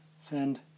Send